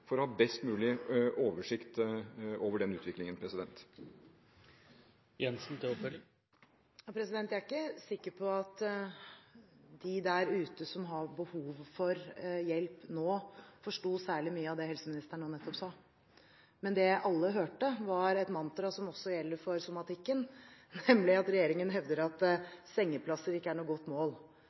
for å ha best mulig oversikt over den utviklingen. Jeg er ikke sikker på at de der ute, som har behov for hjelp nå, forsto særlig mye av det helseministeren nå nettopp sa. Men det alle hørte, var et mantra som også gjelder for somatikken, nemlig at regjeringen hevder at sengeplasser ikke er noe godt mål.